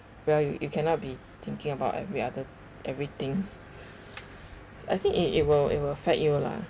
well you you cannot be thinking about every other everything I think it it will it will affect you lah